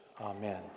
Amen